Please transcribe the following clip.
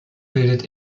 bildet